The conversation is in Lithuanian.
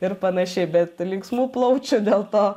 ir panašiai bet linksmų plaučių dėl to